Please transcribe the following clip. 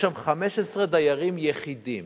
יש שם 15 דיירים יחידים,